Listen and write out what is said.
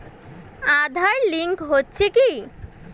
Aadhaar link হচ্ছে কি?